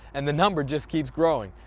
and the number just keeps growing.